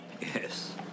Yes